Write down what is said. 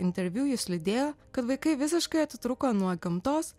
interviu jis liūdėjo kad vaikai visiškai atitrūko nuo gamtos